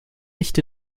nicht